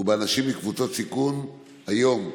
ובאנשים מקבוצת סיכון היום,